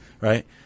Right